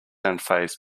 unfazed